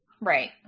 Right